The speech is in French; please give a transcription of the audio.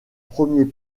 premier